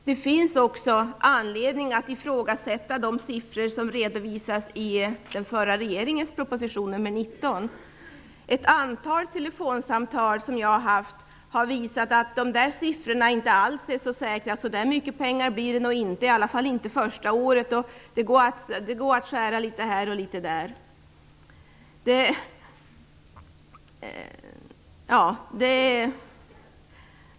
Det finns också anledning att ifrågasätta de siffror som redovisades i den förra regeringens proposition nr 19. Ett antal telefonsamtal som jag har haft visar att de där siffrorna inte alls är så säkra. Så där mycket pengar blir det nog inte - i varje fall inte första året; det går att skära litet här och litet där.